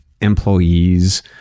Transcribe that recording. employees